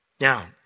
Now